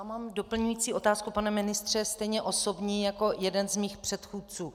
Já mám doplňující otázku, pane ministře, stejně osobní jako jeden z mých předchůdců.